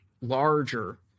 larger